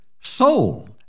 soul